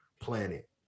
planet